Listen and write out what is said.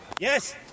Yes